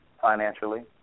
financially